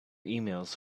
emails